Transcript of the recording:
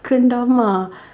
kendama